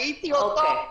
ראיתי אותו,